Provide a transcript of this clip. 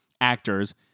actors